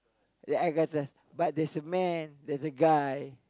ya I got this but there is a man there is a guy